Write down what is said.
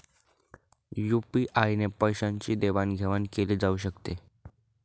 UPI ने पैशांची देवाणघेवाण केली जाऊ शकते